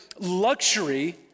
luxury